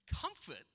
Comfort